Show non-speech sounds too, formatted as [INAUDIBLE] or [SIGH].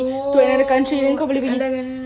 oh [NOISE]